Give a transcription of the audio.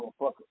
motherfucker